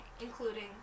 including